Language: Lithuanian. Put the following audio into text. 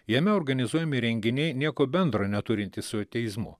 jame organizuojami renginiai nieko bendro neturintys su ateizmu